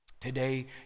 Today